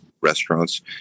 restaurants